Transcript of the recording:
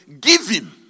giving